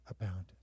abounded